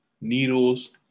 Needles